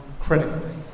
critically